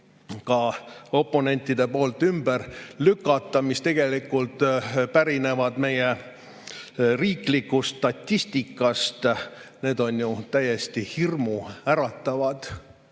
ka oponentide poolt ümber lükata, aga mis tegelikult pärinevad meie riiklikust statistikast, on ju täiesti hirmuäratavad.